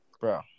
bro